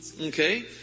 Okay